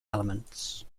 elements